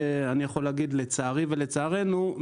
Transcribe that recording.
לצערי ולצערנו,